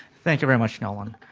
thank you very much nolan.